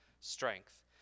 strength